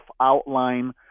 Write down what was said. outline